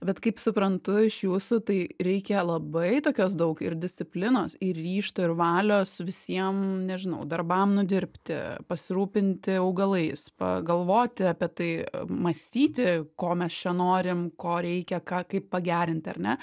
bet kaip suprantu iš jūsų tai reikia labai tokios daug ir disciplinos ir ryžto ir valios visiem nežinau darbam nudirbti pasirūpinti augalais pagalvoti apie tai mąstyti ko mes čia norim ko reikia ką kaip pagerinti ar ne